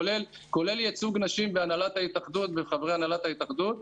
כולל ייצוג נשים בהנהלת התאחדות ובחברי הנהלת התאחדות.